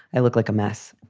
i look like a mess.